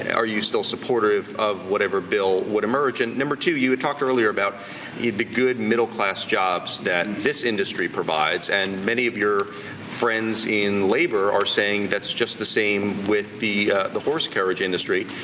are you still supportive of whatever bill would emerge? and number two you had talked earlier about the good middle-class jobs that this industry provides and many of your friends in labor are saying that's just the same with the the horse carriage industry.